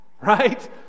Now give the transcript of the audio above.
right